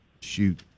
shoot